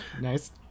Nice